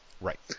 Right